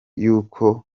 y’uko